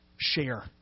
Share